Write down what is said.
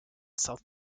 south